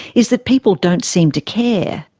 is that people don't seem to care.